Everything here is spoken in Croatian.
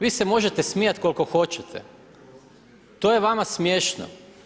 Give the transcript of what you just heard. Vi se možete smijat koliko hoćete, to je vama smiješno?